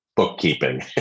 bookkeeping